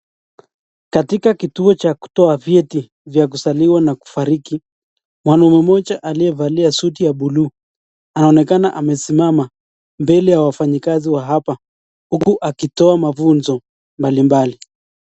katika kituo cha kutoa vyeti vya kuzaliwa na kufariki mwanume mmoja aliyevalia suti ya buluu anaonekana amesimama mbele ya wafanyikazi wa hapa huku akitoa mafunzo mbalimbali.